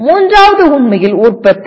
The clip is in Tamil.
மூன்றாவது உண்மையில் உற்பத்தி